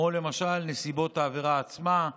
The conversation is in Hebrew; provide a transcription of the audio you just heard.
למשל נסיבות העבירה עצמה,